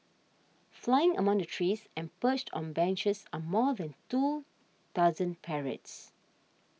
flying among the trees and perched on benches are more than two dozen parrots